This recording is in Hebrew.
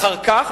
אחר כך,